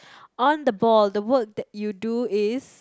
on the ball the work that you do is